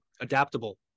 adaptable